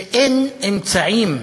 שאין אמצעים,